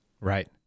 Right